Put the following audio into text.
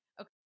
Okay